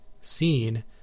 seen